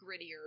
grittier